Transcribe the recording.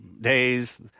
days